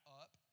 up